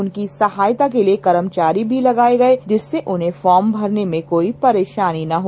उनकी सहायता के लिए कर्मचारी भी लगाए गए जिससे उन्हें फॉर्म भरने मैं कोई परेशानी ना हो